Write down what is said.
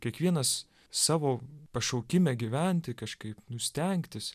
kiekvienas savo pašaukime gyventi kažkaip nu stengtis